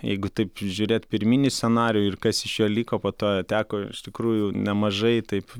jeigu taip žiūrėti pirminį scenarijų ir kas iš jo liko po to teko iš tikrųjų nemažai taip